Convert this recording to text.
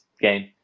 game